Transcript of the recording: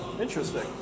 interesting